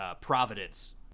Providence